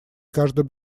каждым